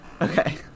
okay